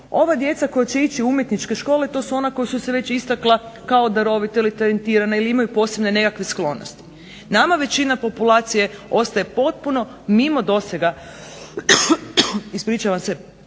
Ova djeca koja će ići u umjetničke škole to su koja su se već istakla kao darovita ili talentirana ili imaju posebne nekakve sklonosti. Nama većina populacije ostaje potpuno mimo dosega umjetničkog